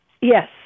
Yes